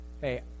hey